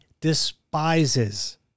despises